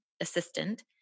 assistant